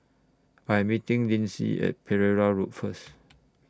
I Am meeting Lynsey At Pereira Road First